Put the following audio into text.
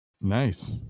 Nice